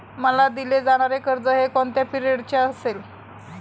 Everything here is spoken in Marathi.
मला दिले जाणारे कर्ज हे कोणत्या पिरियडचे असेल?